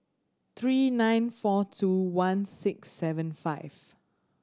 three nine four two one six seven five